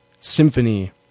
symphony